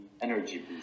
energy